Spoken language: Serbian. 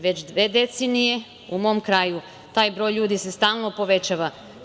Već dve decenije u mom kraju taj broj ljudi se stalno povećava.